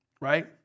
right